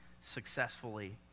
successfully